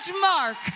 mark